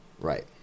Right